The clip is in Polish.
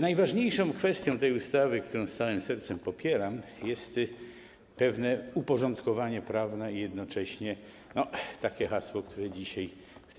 Najważniejszą kwestią tej ustawy, którą całym sercem popieram, jest pewne uporządkowanie prawne i jednocześnie takie hasło, które dzisiaj,